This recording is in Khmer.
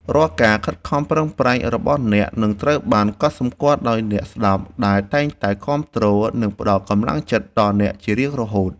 រាល់ការខិតខំប្រឹងប្រែងរបស់អ្នកនឹងត្រូវបានកត់សម្គាល់ដោយអ្នកស្តាប់ដែលតែងតែគាំទ្រ និងផ្តល់កម្លាំងចិត្តដល់អ្នកជារៀងរហូត។